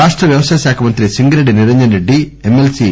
రాష్ట వ్యవసాయ మంత్రి సింగిరెడ్డి నిరంజన్ రెడ్డి ఎమ్మెల్సీ కే